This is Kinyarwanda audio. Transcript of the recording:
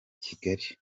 kigali